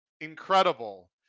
incredible